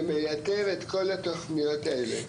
שמייתר את כל התוכניות האלה.